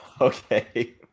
Okay